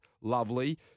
lovely